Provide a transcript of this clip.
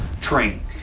training